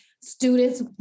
students